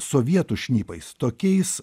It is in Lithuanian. sovietų šnipais tokiais